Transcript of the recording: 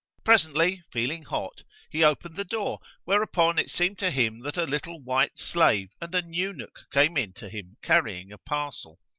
presently, feeling hot he opened the door, whereupon it seemed to him that a little white slave and an eunuch came in to him carrying a parcel.